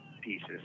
pieces